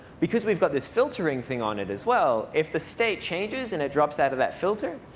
because we've got this filtering thing on it as well, if the state changes and it drops out of that filter,